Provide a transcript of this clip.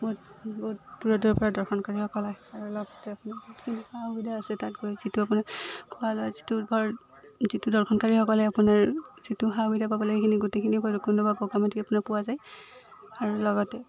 বহুত বহুত দূৰৰ দূৰৰ পৰা দৰ্শনকাৰীসকল আৰু লগতে আপোনাৰ বহুতখিনি সা সুবিধা আছে তাত গৈ যিটো আপোনাৰ খোৱা লোৱা যিটো বৰ যিটো দৰ্শনকাৰীসকলে আপোনাৰ যিটো সা সুবিধা পাব লাগে সেইখিনি গোটেইখিনি ভৈৰৱকুণ্ড পৰা বগামাটি আপোনাৰ পোৱা যায় আৰু লগতে